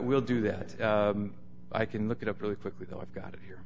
we'll do that i can look it up really quickly though i've got it here